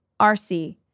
RC